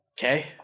Okay